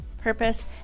Purpose